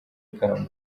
ikamba